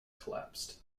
collapsed